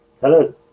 Hello